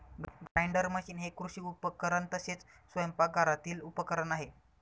grinder machine हे कृषी उपकरण तसेच स्वयंपाकघरातील उपकरण आहे